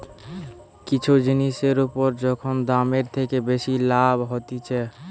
কিছু জিনিসের উপর যখন দামের থেকে বেশি লাভ হতিছে